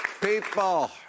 people